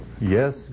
yes